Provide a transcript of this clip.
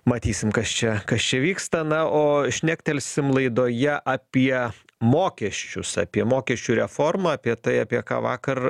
matysim kas čia kas čia vyksta na o šnektelsim laidoje apie mokesčius apie mokesčių reformą apie tai apie ką vakar